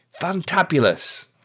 Fantabulous